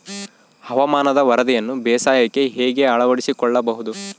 ಹವಾಮಾನದ ವರದಿಯನ್ನು ಬೇಸಾಯಕ್ಕೆ ಹೇಗೆ ಅಳವಡಿಸಿಕೊಳ್ಳಬಹುದು?